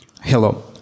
Hello